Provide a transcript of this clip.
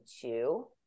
two